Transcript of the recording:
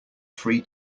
free